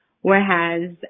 whereas